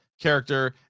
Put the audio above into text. character